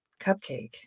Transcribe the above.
cupcake